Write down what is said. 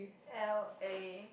L_A